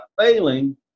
failing